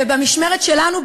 במשמרת שלנו,